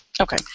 okay